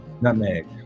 nutmeg